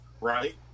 right